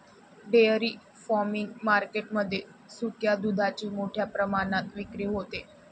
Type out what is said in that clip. dairy farming market मध्ये सुक्या दुधाची मोठ्या प्रमाणात विक्री होते